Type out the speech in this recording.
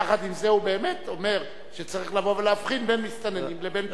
יחד עם זאת הוא באמת אומר שצריך לבוא ולהבחין בין מסתננים לבין פליטים.